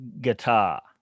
guitar